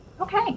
Okay